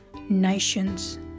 nations